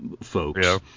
folks